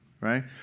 right